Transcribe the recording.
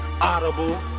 Audible